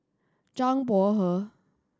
Zhang Bohe